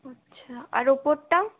আচ্ছা আর ওপোরটা